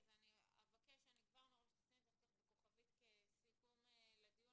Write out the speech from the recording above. נשים את זה ככוכבית לסיכום הדיון.